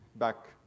Back